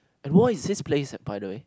voice is plays by the way